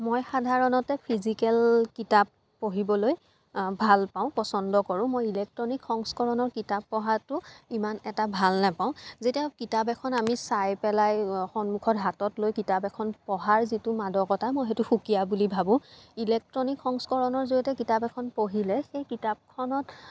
মই সাধাৰণতে ফিজিকেল কিতাপ পঢ়িবলৈ ভাল পাওঁ পছন্দ কৰোঁ মোৰ ইলেকট্ৰনিক সংস্কৰণৰ কিতাপ পঢ়াতো ইমান এটা ভাল নাপাওঁ যেতিয়া কিতাপ এখন আমি চাই পেলাই সন্মুখত হাতত লৈ কিতাপ এখন পঢ়াৰ যিটো মাদকতা মই সেইটো সুকীয়া বুলি ভাবোঁ ইলেকট্ৰনিক সংস্কৰণৰ জৰিয়তে কিতাপ এখন পঢ়িলে সেই কিতাপখনত